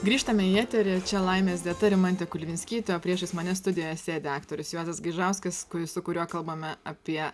grįžtame į eterį čia laimės dieta rimantė kulvinskytė o priešais mane studijoje sėdi aktorius juozas gaižauskas kuris su kuriuo kalbame apie